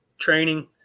training